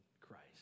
Christ